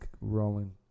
rolling